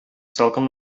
салкын